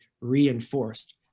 reinforced